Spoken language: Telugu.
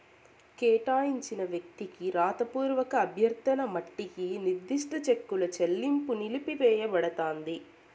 కేటాయించిన వ్యక్తికి రాతపూర్వక అభ్యర్థన మట్టికి నిర్దిష్ట చెక్కుల చెల్లింపు నిలిపివేయబడతాంది